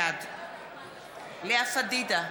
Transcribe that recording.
בעד לאה פדידה,